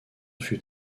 fut